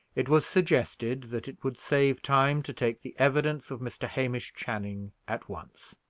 it was suggested that it would save time to take the evidence of mr. hamish channing at once.